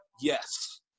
Yes